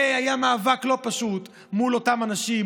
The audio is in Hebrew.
והיה מאבק לא פשוט מול אותם אנשים,